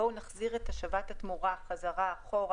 בואו נחזיר את השבת התמורה חזרה אחורה,